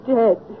dead